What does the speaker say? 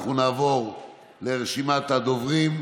אנחנו נעבור לרשימת הדוברים: